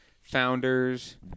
Founders